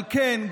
אבל כן,